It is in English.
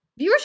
viewership